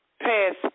past